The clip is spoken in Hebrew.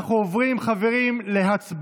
נתקבלה.